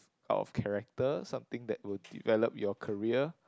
out of character something that will develop your career